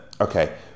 okay